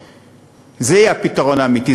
לא 4,000. זה יהיה הפתרון האמיתי,